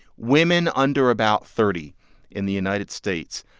women under about thirty in the united states,